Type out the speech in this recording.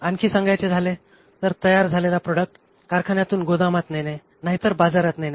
आणखी सांगायचे झाले तर तयार झालेला प्रोडक्ट कारखान्यातून गोदामात नेणे नाहीतर बाजारात नेणे